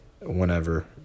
whenever